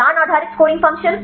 ज्ञान आधारित scoring function